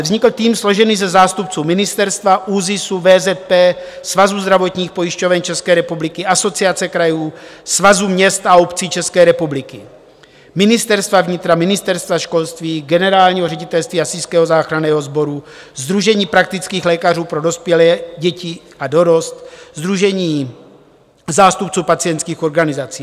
Vznikl tým složený ze zástupců ministerstva, ÚZISu, VZP, Svazu zdravotních pojišťoven České republiky, Asociace krajů, Svazu měst a obcí České republiky, Ministerstva vnitra, Ministerstva školství, generálního ředitelství Hasičského záchranného sboru, Sdružení praktických lékařů pro dospělé, děti a dorost, Sdružení zástupců pacientských organizací.